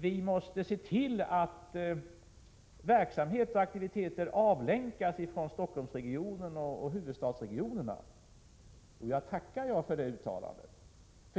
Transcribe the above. vi måste se till att verksamhet och aktiviteter avlänkas från Stockholmsregionen och storstadsregionerna. Jag tackar för det uttalandet.